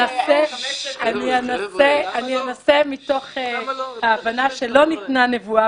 אני אנסה - מתוך ההבנה שלא ניתנה נבואה